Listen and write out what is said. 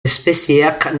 espezieak